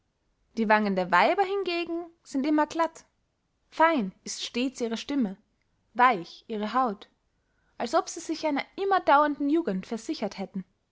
die wangen der weiber hingegen sind immer glatt fein ist stets ihre stimme weich ihre haut als ob sie sich einer immerdaurenden jugend versichert hätten